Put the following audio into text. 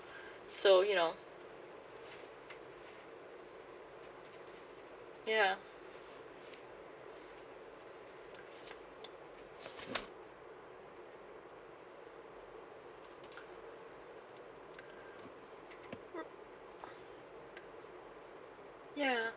so you know ya ya